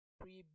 pre